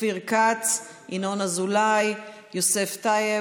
אופיר כץ, ינון אזולאי, יוסף טייב,